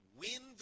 win